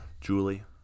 Julie